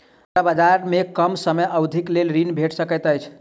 मुद्रा बजार में कम समय अवधिक लेल ऋण भेट सकैत अछि